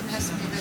זה העניין.